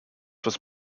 was